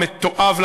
המתועב,